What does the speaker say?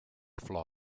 flor